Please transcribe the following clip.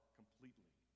completely